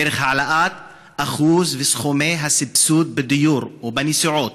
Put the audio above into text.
דרך העלאת אחוז וסכומי הסבסוד בדיור ובנסיעות,